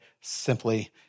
simply